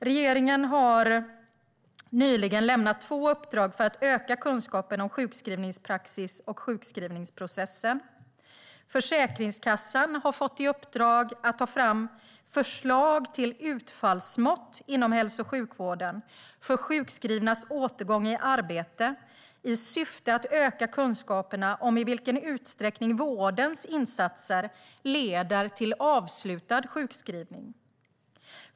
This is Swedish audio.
Regeringen har nyligen lämnat två uppdrag för att öka kunskapen om sjukskrivningspraxis och sjukskrivningsprocessen. Försäkringskassan har fått i uppdrag att ta fram förslag till utfallsmått inom hälso och sjukvården för sjukskrivnas återgång i arbete i syfte att öka kunskaperna om i vilken utsträckning vårdens insatser leder till avslutad sjukskrivning.